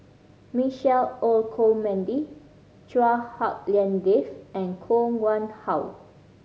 Michael Olcomendy Chua Hak Lien Dave and Koh Nguang How